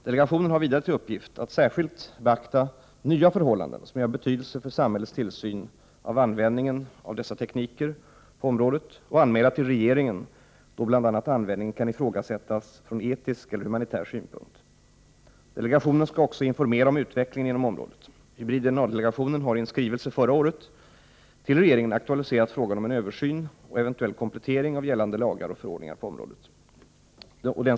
Delegationen har vidare till uppgift att särskilt beakta nya förhållanden som är av betydelse för samhällets tillsyn av användningen av dessa tekniker på området och anmäla till regeringen då bl.a. användningen kan ifrågasättas ur etisk eller humanitär synpunkt. Delegationen skall även informera om utvecklingen inom området. Hybrid-DNA-delegationen har i en skrivelse förra året till regeringen aktualiserat frågan om en översyn och eventuell 95 komplettering av gällande lagar och förordningar på området.